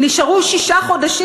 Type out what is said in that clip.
נשארו שישה חודשים.